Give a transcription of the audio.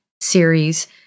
series